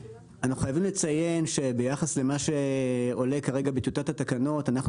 ביחס למה שעולה כרגע בטיוטת התקנות,